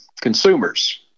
consumers